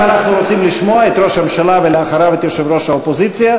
אם אנחנו רוצים לשמוע את ראש הממשלה ואחריו את יושב-ראש האופוזיציה,